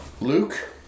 Luke